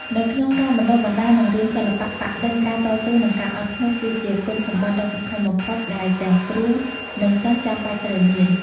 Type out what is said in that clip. នៅក្នុងការបណ្ដុះបណ្ដាល និងរៀនសិល្បៈប៉ាក់-ឌិន ការតស៊ូ និងការអត់ធ្មត់ គឺជាគុណសម្បត្តិដ៏សំខាន់បំផុតដែលទាំងគ្រូ និងសិស្សចាំបាច់ត្រូវមាន។